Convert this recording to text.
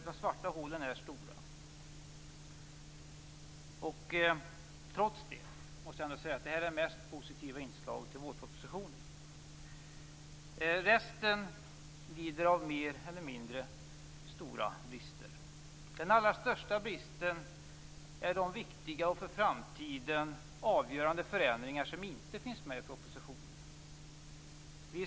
De svarta hålen är stora. Trots det är denna påplussning det mest positiva inslaget i vårpropositionen. Resten lider av mer eller mindre stora brister. Den allra största bristen är de viktiga och för framtiden avgörande förändringar som inte finns med i propositionen.